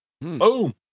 Boom